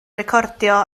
recordio